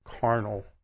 carnal